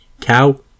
cow